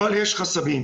אבל יש חסמים.